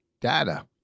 Data